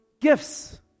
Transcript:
gifts